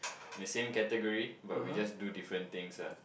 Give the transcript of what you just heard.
in the same category but we just do different things ah